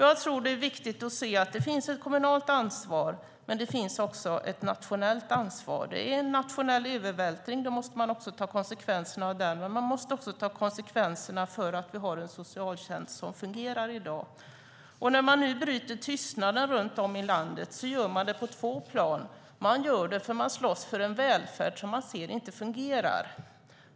Jag tror att det är viktigt att se att det finns ett kommunalt ansvar men att det också finns ett nationellt ansvar. Det är en nationell övervältring, och då måste man ta konsekvenserna av den. Man måste också ta ansvar för att vi har en socialtjänst som fungerar i dag. När man nu bryter tystnaden runt om i landet gör man det på två plan. Man gör det för att man slåss för en välfärd man ser inte fungerar.